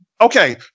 Okay